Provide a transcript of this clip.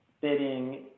bidding